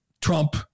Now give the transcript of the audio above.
Trump